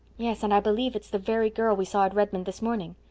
yes, and i believe it's the very girl we saw at redmond this morning.